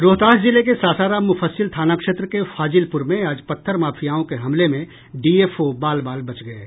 रोहतास जिले के सासाराम मुफस्सिल थाना क्षेत्र के फाज़िलपुर में आज पत्थर माफियाओं के हमले में डीएफओ बाल बाल बच गये